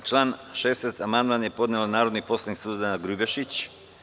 Na član 16. amandman je podneo narodni poslanik Suzana Grubješić.